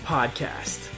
Podcast